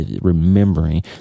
remembering